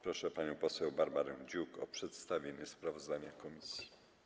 Proszę panią poseł Barbarę Dziuk o przedstawienie sprawozdania komisji.